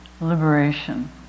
liberation